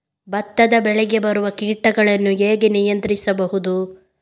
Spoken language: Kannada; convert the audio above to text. ಭತ್ತದ ಬೆಳೆಗೆ ಬರುವ ಕೀಟಗಳನ್ನು ಹೇಗೆ ನಿಯಂತ್ರಿಸಬಹುದು?